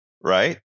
right